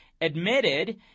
admitted